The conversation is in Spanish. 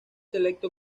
electo